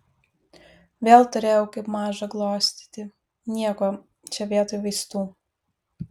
vėl turėjau kaip mažą glostyti nieko čia vietoj vaistų